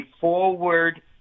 forward